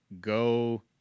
go